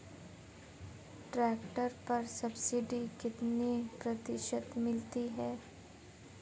Tractor पर subsidy कितने प्रतिशत मिलती है?